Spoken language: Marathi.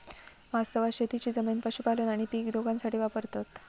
वास्तवात शेतीची जमीन पशुपालन आणि पीक दोघांसाठी वापरतत